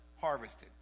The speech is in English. harvested